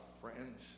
friends